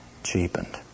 cheapened